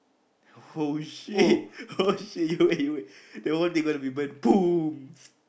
oh shit oh shit you wait you wait the whole table will be burnt